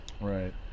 Right